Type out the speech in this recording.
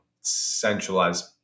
centralized